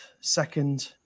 second